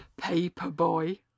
Paperboy